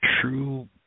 true